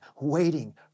waiting